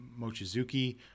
Mochizuki